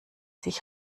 sich